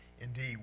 indeed